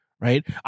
right